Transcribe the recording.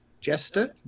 Jester